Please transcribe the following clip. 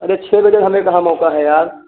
अरे छः बजे हमें कहाँ मौका है यार